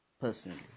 personally